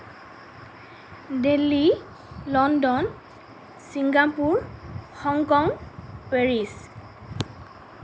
Delhi London Singapore Hong Kong Paris